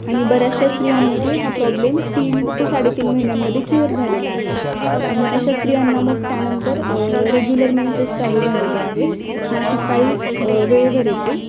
आणि बऱ्याचशा स्त्रियांमध्ये हा प्रॉब्लेम तीन ते साडेतीन महिन्यांमध्ये क्युअर झालेला आहे आणि अशा स्त्रियांना मग त्यानंतर रेग्युलर मेन्सेस चालू झालेले आहेत मासिक पाळी वेळेवर येते